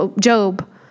Job